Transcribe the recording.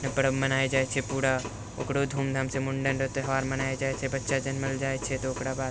पर्व मनाएल जाइ छै पूरा ओकरो धूमधामसँ मुण्डन रऽ त्योहार मनाएल जाइ छै बच्चा जन्मल जाइ छै तऽ ओकरा बाद